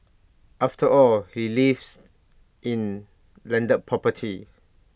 after all he lives in landed property